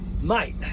Mate